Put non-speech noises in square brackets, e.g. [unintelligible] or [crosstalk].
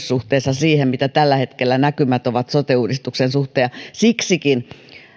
[unintelligible] suhteessa siihen mitä tällä hetkellä näkymät ovat sote uudistuksen suhteen siksikin